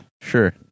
Sure